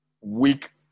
weak